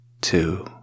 two